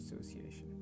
Association